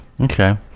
okay